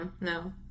No